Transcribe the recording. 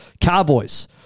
Cowboys